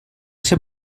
ser